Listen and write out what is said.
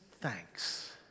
thanks